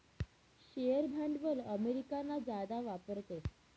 share भांडवल अमेरिकामा जादा वापरतस